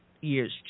years